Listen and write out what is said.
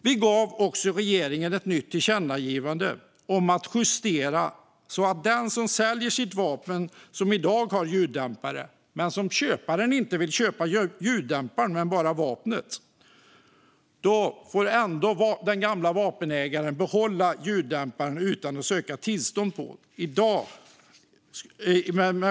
Vi föreslår också ett nytt tillkännagivande till regeringen om att justera så att om någon säljer sitt vapen som i dag har ljuddämpare till en köpare som inte vill köpa ljuddämparen utan bara vapnet får den gamla vapenägaren ändå behålla ljuddämparen utan att söka tillstånd.